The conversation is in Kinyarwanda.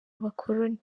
abakoloni